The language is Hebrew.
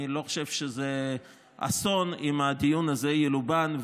אני לא חושב שזה אסון אם הדיון הזה ילובן,